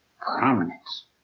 prominence